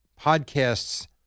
podcasts